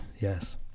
Yes